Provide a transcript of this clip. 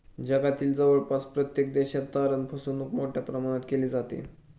जगातील जवळपास प्रत्येक देशात तारण फसवणूक मोठ्या प्रमाणात केली जाते